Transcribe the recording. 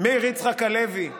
מאיר יצחק הלוי,